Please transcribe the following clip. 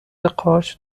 قارچ